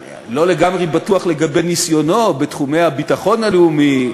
אני לא לגמרי בטוח לגבי ניסיונו בתחומי הביטחון הלאומי,